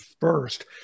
first